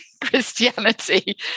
Christianity